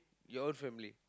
your own family